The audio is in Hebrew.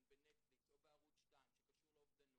בנטפליקס או בערוץ 2 שקשור לאובדנות,